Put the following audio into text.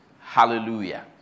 Hallelujah